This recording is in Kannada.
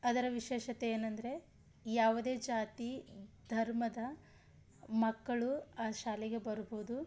ಅದರ ವಿಶೇಷತೆ ಏನಂದರೆ ಯಾವುದೇ ಜಾತಿ ಧರ್ಮದ ಮಕ್ಕಳು ಆ ಶಾಲೆಗೆ ಬರ್ಬೊದು